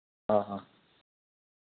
ꯑꯣ ꯍꯣꯏ